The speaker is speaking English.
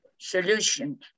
solution